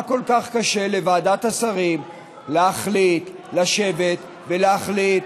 מה כל כך קשה לוועדת השרים לשבת ולהחליט